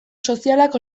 sozialak